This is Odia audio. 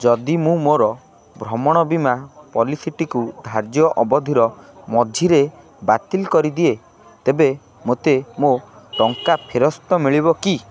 ଯଦି ମୁଁ ମୋର ଭ୍ରମଣ ବୀମା ପଲିସିଟିକୁ ଧାର୍ଯ୍ୟ ଅବଧିର ମଝିରେ ବାତିଲ୍ କରିଦିଏ ତେବେ ମୋତେ ମୋ ଟଙ୍କା ଫେରସ୍ତ ମିଳିବ କି